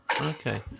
Okay